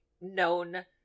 known